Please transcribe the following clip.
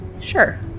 Sure